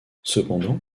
cependant